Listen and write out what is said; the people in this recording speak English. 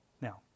Now